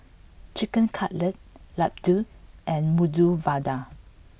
Chicken Cutlet Ladoo and Medu Vada